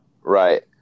right